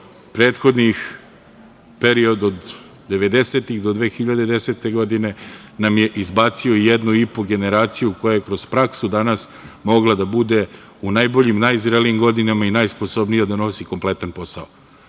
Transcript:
prethodni period od 90-ih do 2010. godine nam je izbacio jednu i po generaciju koja je kroz praksu danas mogla da bude u najboljim, najzrelijim godinama i najsposobnija da nosi kompletan posao. Još